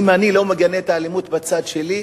אם אני לא מגנה את האלימות בצד שלי,